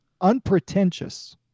unpretentious